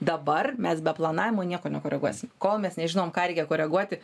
dabar mes be planavimo nieko nekoreguosim kol mes nežinom ką reikia koreguoti